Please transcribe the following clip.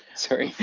sorry.